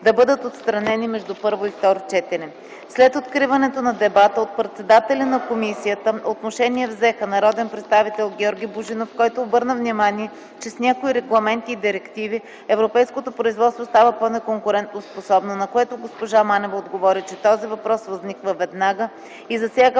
да бъдат отстранени между първо и второ четене. След откриването на дебата от председателя на комисията, отношение взеха: народният представител Георги Божинов, който обърна внимание, че с някои регламенти и директиви европейското производство става по-неконкурентоспособно, на което госпожа Манева отговори, че този въпрос възниква веднага и засяга